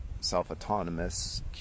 self-autonomous